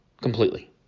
completely